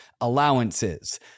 allowances